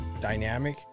dynamic